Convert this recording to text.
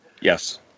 Yes